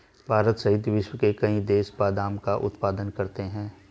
भारत सहित विश्व के कई देश बादाम का उत्पादन करते हैं